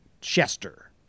Chester